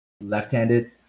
left-handed